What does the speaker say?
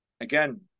again